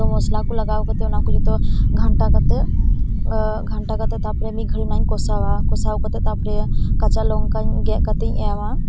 ᱢᱚᱥᱞᱟ ᱠᱚ ᱞᱟᱜᱟᱣ ᱠᱟᱛᱮᱜ ᱚᱱᱟ ᱠᱚ ᱡᱚᱛᱚ ᱜᱷᱟᱱᱴᱟ ᱠᱟᱛᱮᱜ ᱜᱷᱟᱱᱴᱟ ᱠᱟᱛᱮᱜ ᱛᱟᱯᱚᱨᱮ ᱢᱤᱫ ᱜᱷᱟᱹᱲᱤᱡ ᱚᱱᱟᱧ ᱠᱚᱥᱟᱣᱟ ᱠᱚᱥᱟᱣ ᱠᱟᱛᱮᱜ ᱛᱟᱯᱚᱨᱮ ᱠᱟᱪᱟ ᱞᱚᱝᱠᱟᱧ ᱜᱮᱫ ᱠᱟᱛᱮᱧ ᱮᱢᱟ